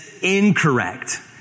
incorrect